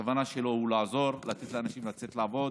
הכוונה שלו היא לעזור, לתת לאנשים לצאת לעבוד,